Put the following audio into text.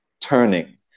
turning